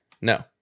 No